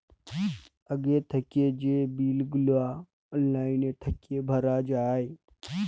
আগে থ্যাইকে যে বিল গুলা অললাইল থ্যাইকে ভরা যায়